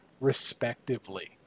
respectively